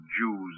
Jews